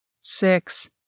Six